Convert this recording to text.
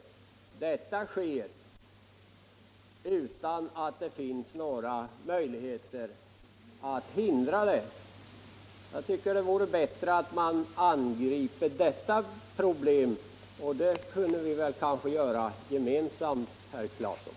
Sådana affärer finns det nu ingen möjlighet att förhindra. Jag tycker att det vore bättre att angripa det problemet, och det kunde vi kanske göra tillsammans, herr Claeson.